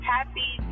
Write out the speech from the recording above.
Happy